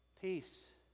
Peace